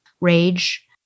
rage